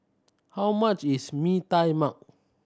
how much is Mee Tai Mak